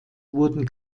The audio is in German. wurden